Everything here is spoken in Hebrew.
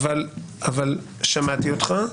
שמעתי אותך,